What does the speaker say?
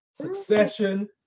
succession